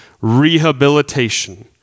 rehabilitation